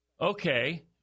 Okay